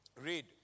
Read